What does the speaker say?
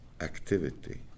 activity